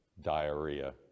Diarrhea